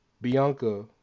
Bianca